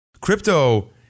crypto